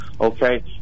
Okay